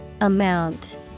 Amount